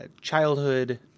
childhood